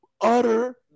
utter